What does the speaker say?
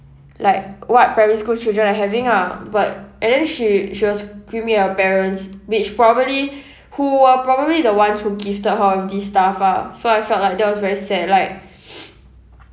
like what primary school children are having ah but and then she she was screaming at her parents which probably who are probably the ones who gifted her these stuff ah so I felt like that was very sad like